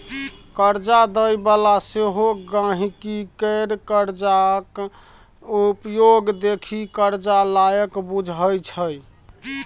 करजा दय बला सेहो गांहिकी केर करजाक उपयोग देखि करजा लायक बुझय छै